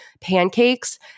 pancakes